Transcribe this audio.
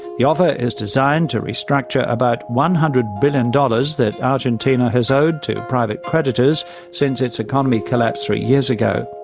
the offer is designed to restructure about one hundred billion dollars that argentina has owed to private creditors since its economy collapsed three years ago.